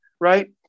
right